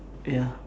ya